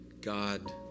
God